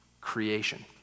creation